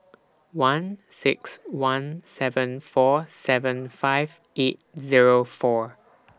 one six one seven four seven five eight Zero four